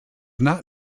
not